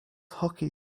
hockey